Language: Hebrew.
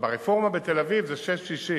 ברפורמה בתל-אביב זה 6.60